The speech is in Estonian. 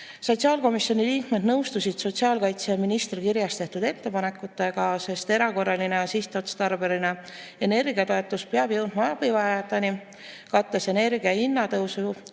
Sotsiaalkomisjoni liikmed nõustusid sotsiaalkaitseministri kirjas tehtud ettepanekutega, sest erakorraline ja sihtotstarbeline energiatoetus peab jõudma abivajajateni, kattes energiahinna tõusu,